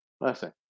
Listen